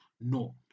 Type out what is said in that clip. No